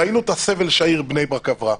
ראינו את הסבל שהעיר בני ברק עברה,